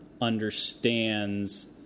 understands